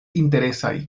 interesaj